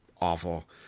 awful